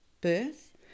birth